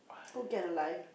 go get a life